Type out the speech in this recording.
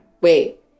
Wait